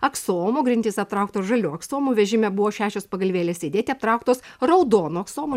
aksomu grindys aptrauktos žaliu aksomu vežime buvo šešios pagalvėlės sėdėti aptrauktos raudonu aksomu